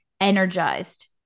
energized